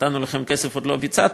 נתנו לכם כסף ועוד לא ביצעתם,